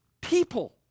People